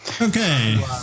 okay